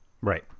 right